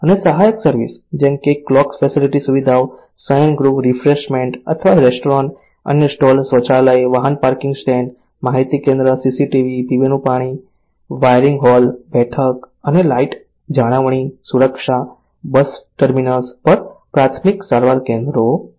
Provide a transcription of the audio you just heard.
અને સહાયક સર્વિસ જેમ કે કલોક ફેસીલીટી સુવિધાઓ શયનગૃહ રીફ્રેશમેન્ટ અથવા રેસ્ટોરાં અન્ય સ્ટોલ શૌચાલય વાહન પાર્કિંગ સ્ટેન્ડ માહિતી કેન્દ્ર CCTV પીવાનું પાણી વાયરિંગ હોલ બેઠક અને લાઇટ જાળવણી સુરક્ષા બસ ટર્મિનસ પર પ્રાથમિક સારવાર કેન્દ્રો છે